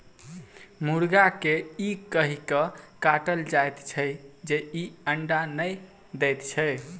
मुर्गा के ई कहि क काटल जाइत छै जे ई अंडा नै दैत छै